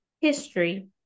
history